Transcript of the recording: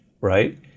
right